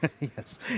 Yes